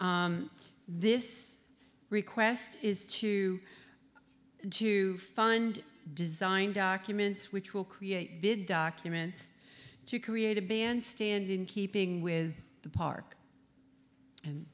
hall this request is to to find design documents which will create big documents to create a bandstand in keeping with the park and